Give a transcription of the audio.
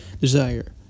Desire